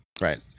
Right